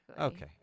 Okay